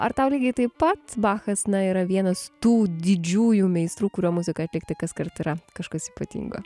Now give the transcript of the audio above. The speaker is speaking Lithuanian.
ar tau lygiai taip pat bachas na yra vienas tų didžiųjų meistrų kurio muzika atlikti kaskart yra kažkas ypatingo